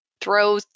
throw